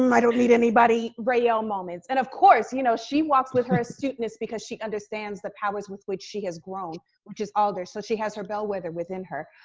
um i don't need anybody raelle moments. and of course, you know she walks with her astuteness because she understands the powers with which she has grown, which is alder. so she has her bellweather within her.